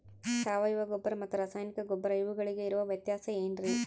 ಸಾವಯವ ಗೊಬ್ಬರ ಮತ್ತು ರಾಸಾಯನಿಕ ಗೊಬ್ಬರ ಇವುಗಳಿಗೆ ಇರುವ ವ್ಯತ್ಯಾಸ ಏನ್ರಿ?